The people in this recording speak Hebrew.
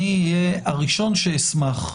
אני אהיה הראשון שאשמח,